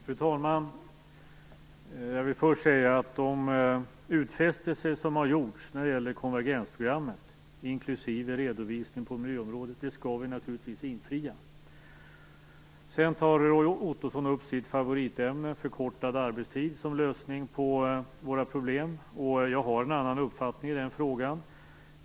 Fru talman! Jag vill först säga att vi naturligtvis skall infria de utfästelser som har gjorts när det gäller konvergensprogrammet, inklusive redovisningen på miljöområdet. Roy Ottosson tar upp sitt favoritämne, förkortad arbetstid, och påstår att det är lösningen på våra problem. Jag har en annan uppfattning i den frågan.